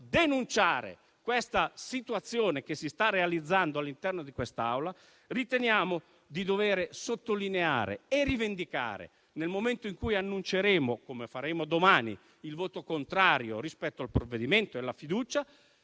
denunciare la situazione che si sta realizzando all'interno di quest'Aula, riteniamo di dover sottolineare e rivendicare. Nel momento in cui annunceremo, come faremo domani, il voto contrario rispetto al provvedimento e alla fiducia,